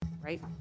right